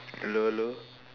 hello hello